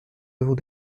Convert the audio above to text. avons